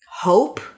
hope